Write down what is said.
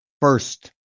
first